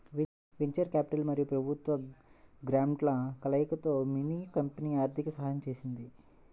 venture capital మరియు ప్రభుత్వ గ్రాంట్ల కలయికతో మిన్నీ కంపెనీకి ఆర్థిక సహాయం చేసింది